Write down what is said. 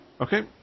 Okay